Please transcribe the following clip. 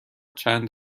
چند